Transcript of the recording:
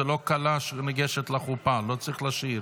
זו לא כלה שניגשת לחופה, לא צריך לשיר.